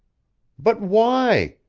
but, why?